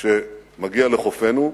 שמגיע לחופנו,